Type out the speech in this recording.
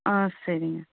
ஆ சரிங்க